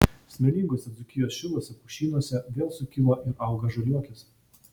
smėlinguose dzūkijos šiluose pušynuose vėl sukilo ir auga žaliuokės